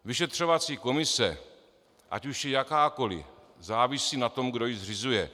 Vyšetřovací komise, ať už je jakákoliv, závisí na tom, kdo ji zřizuje.